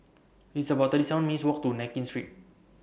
It's about thirty seven minutes' Walk to Nankin Street